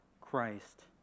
Christ